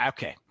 Okay